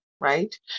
right